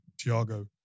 Tiago